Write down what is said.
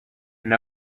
and